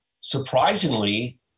surprisingly